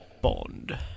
Bond